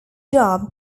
job